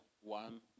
One